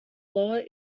lower